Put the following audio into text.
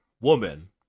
woman